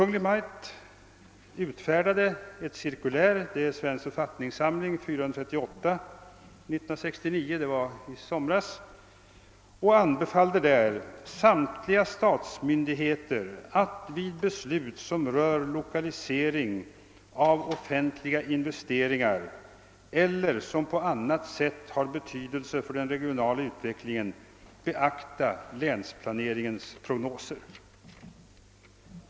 nr 438 år 1969 — vari samtliga statsmyndigheter anbefalldes att vid beslut som rör lokalisering av offentliga investeringar eller som på annat sätt har betydelse för den regionala utvecklingen beakta länsplaneringens prognoser.